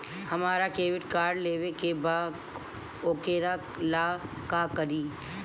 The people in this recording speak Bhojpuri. हमरा क्रेडिट कार्ड लेवे के बा वोकरा ला का करी?